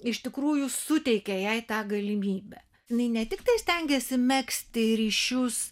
iš tikrųjų suteikia jai tą galimybę jinai ne tiktai stengiasi megzti ryšius